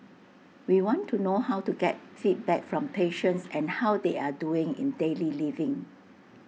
we want to know how to get feedback from patients an how they are doing in daily living